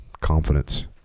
confidence